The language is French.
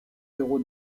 héros